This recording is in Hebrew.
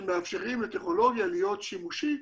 שמאפשרים לטכנולוגיה להיות שימושית